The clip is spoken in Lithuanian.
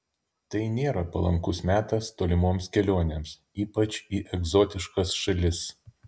tai nėra palankus metas tolimoms kelionėms ypač į egzotiškas šalis